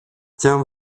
tiens